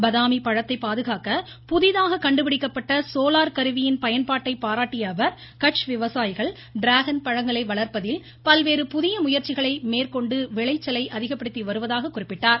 பதாமி பழத்தை பாதுகாக்க புதிதாக கண்டுபிடிக்கப்பட்ட சோலார் கருவியின் பயன்பாட்டை பாராட்டிய அவர் கட்ச் விவசாயிகள் டிராகன் பழங்களை வளா்ப்பதில் பல்வேறு புதிய முயற்சிகளை மேற்கொண்டு விளைச்சலை அதிகப்படுத்தி வருவதாக குறிப்பிட்டார்